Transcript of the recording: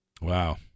Wow